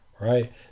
right